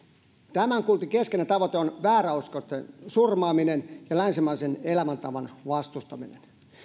tämän kultin keskeinen tavoite on vääräuskoisten surmaaminen ja länsimaisen elämäntavan vastustaminen